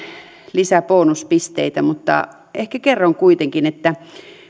lisäbonuspisteitä mutta ehkä kerron kuitenkin